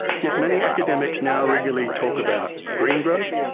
yet many academics now regularly talk about green growth,